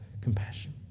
compassion